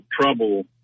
trouble